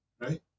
right